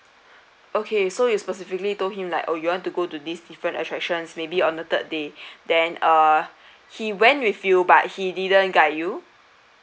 okay so you specifically told him like oh you want to go to these different attractions may be on the third day then uh he went with you but he didn't guide you